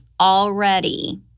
already